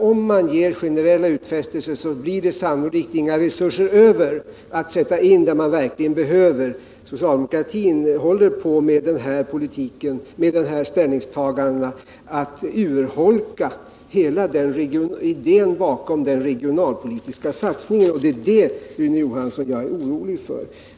Om man gör generella utfästelser, blir det sannolikt inga resurser över att sätta in där de verkligen behövs. Socialdemokratin håller med dessa ställningstaganden på att urholka hela idén bakom den regionalpolitiska satsningen. Det är det, Rune Johansson, som jag är orolig för.